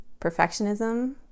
perfectionism